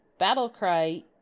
Battlecry